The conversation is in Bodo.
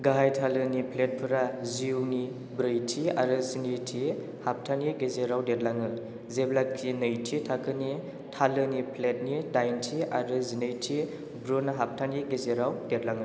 गाहाय थालोनि प्लेटफोरा जिउनि ब्रैथि आरो स्निथि हाबथानि गेजेराव देरलाङो जेब्लाखि नैथि थाखोनि थालोनि प्लेटनि दाइनथि आरो जिनैथि भ्रून हाबथानि गेजेराव देरलाङो